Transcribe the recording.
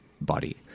body